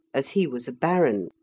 as he was a baron,